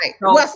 right